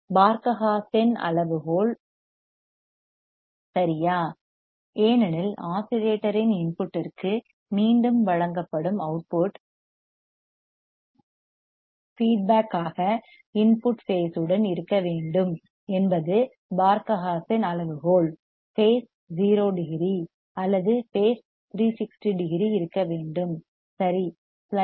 பார்க ஹா சென் அளவுகோல் சரியா ஏனெனில் ஆஸிலேட்டரின் இன்புட்டிற்கு மீண்டும் வழங்கப்படும் அவுட்புட் ஃபீட்பேக் ஆக இன்புட் பேஸ் உடன் இருக்க வேண்டும் என்பது பார்க ஹா சென் அளவுகோல் பேஸ் 0 டிகிரி அல்லது பேஸ் 360 டிகிரி இருக்க வேண்டும் சரி